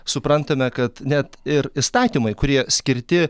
suprantame kad net ir įstatymai kurie skirti